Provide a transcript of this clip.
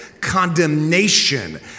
condemnation